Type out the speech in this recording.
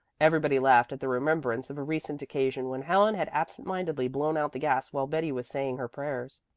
everybody laughed at the remembrance of a recent occasion when helen had absent-mindedly blown out the gas while betty was saying her prayers.